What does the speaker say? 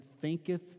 thinketh